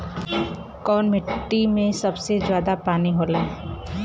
कौन मिट्टी मे सबसे ज्यादा पानी होला?